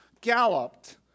galloped